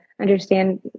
understand